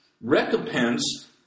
recompense